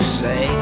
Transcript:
say